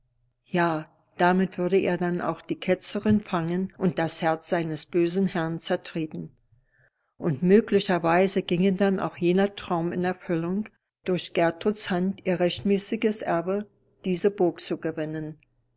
ja damit würde er dann auch die ketzerin fangen und das herz seines bösen herrn zertreten und möglicherweise ginge dann auch jener traum in erfüllung durch gertruds hand ihr rechtmäßige erbe diese burg zu